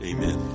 Amen